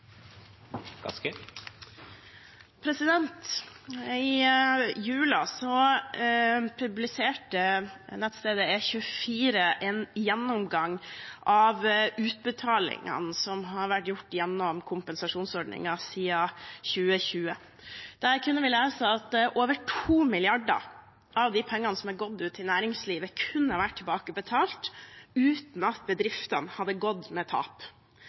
publiserte nettstedet E24 en gjennomgang av utbetalingene som har vært gjort gjennom kompensasjonsordninger siden 2020. Der kunne vi lese at over to milliarder av de pengene som har gått til næringslivet, kunne ha vært tilbakebetalt uten at bedriftene hadde gått med tap.